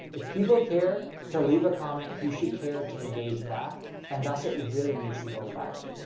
if people care to leave a comment, you should care to engage back and that's what really makes you go viral.